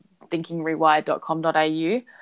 thinkingrewired.com.au